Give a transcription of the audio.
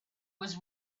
was